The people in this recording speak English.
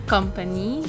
Company